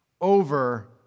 over